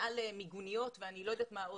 מעל מיגוניות ואני לא יודעת מה עוד,